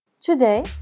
Today